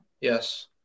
Yes